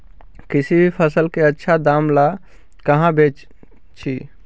किसी भी फसल के आछा दाम ला कहा बेची?